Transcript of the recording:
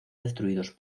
destruidos